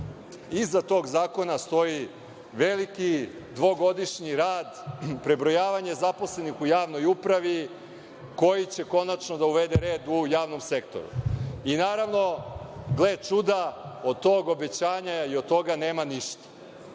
iza tog zakona stoji veliki dvogodišnji rad, prebrojavanje zaposlenih u javnoj upravi, koji će konačno da uvede red u javnom sektoru. Naravno, gle čuda, od tog obećanja i od toga nema ništa.